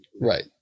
right